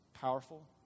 powerful